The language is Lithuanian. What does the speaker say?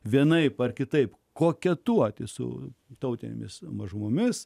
vienaip ar kitaip koketuoti su tautinėmis mažumomis